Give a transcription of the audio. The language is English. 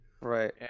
Right